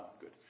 good